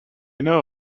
know